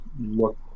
look